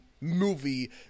Movie